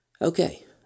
Okay